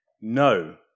No